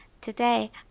Today